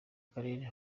karere